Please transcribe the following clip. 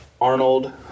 Arnold